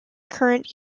current